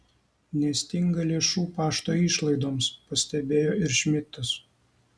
nestinga lėšų pašto išlaidoms pastebėjo ir šmidtas